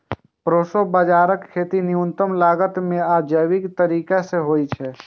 proso बाजाराक खेती न्यूनतम लागत मे आ जैविक तरीका सं होइ छै